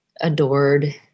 adored